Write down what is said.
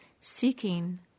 seeking